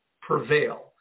prevail